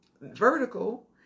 vertical